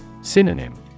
Synonym